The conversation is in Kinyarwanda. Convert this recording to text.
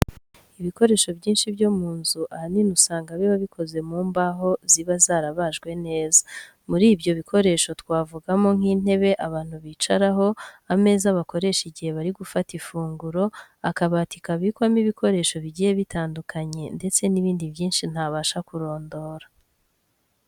Ibikoresho byinshi byo mu nzu, ahanini usanga biba bikoze mu mbaho ziba zarabajwe neza. Muri ibyo bikoresho twavugamo nk'intebe abantu bicaraho, ameza bakoresha igihe bari gufata ifunguro, akabati kabikwamo ibikoresho bigiye bitandukanye ndetse n'ibindi byinshi ntabasha kurondora.